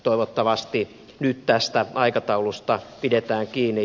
toivottavasti nyt tästä aikataulusta pidetään kiinni